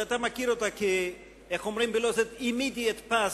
ואתה מכיר אותה כ-immediate past,